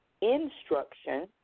instruction